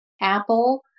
Apple